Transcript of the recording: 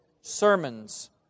sermons